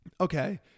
okay